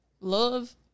love